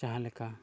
ᱡᱟᱦᱟᱸ ᱞᱮᱠᱟ